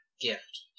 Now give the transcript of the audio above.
gift